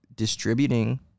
distributing